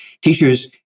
Teachers